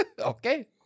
Okay